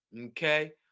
okay